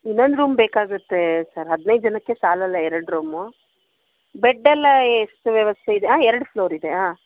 ಇನ್ನೊಂದು ರೂಮ್ ಬೇಕಾಗುತ್ತೆ ಸರ್ ಹದಿನೈದು ಜನಕ್ಕೆ ಸಾಲಲ್ಲ ಎರಡು ರೂಮು ಬೆಡ್ಡೆಲ್ಲಾ ಎಷ್ಟು ವ್ಯವಸ್ಥೆ ಇದೆ ಎರಡು ಫ್ಲೋರ್ ಇದೆಯಾ